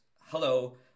hello